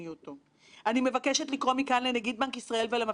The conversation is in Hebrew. בצדק טוען המגזר העסקי כי האסדרה בישראל אינה הגיונית.